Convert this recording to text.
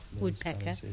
woodpecker